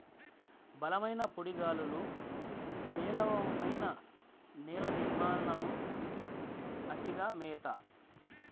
బలమైన పొడి గాలులు, పేలవమైన నేల నిర్మాణం, అతిగా మేత